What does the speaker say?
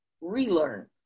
relearn